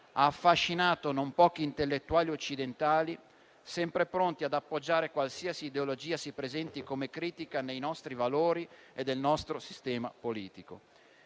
ha affascinato non pochi intellettuali occidentali, sempre pronti ad appoggiare qualsiasi ideologia si presenti come critica dei nostri valori e del nostro sistema politico.